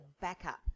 backup